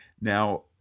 Now